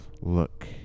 Look